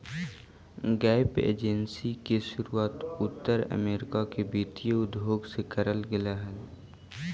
gap insurance के शुरुआत उत्तर अमेरिका के वित्तीय उद्योग में करल गेले हलाई